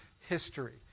history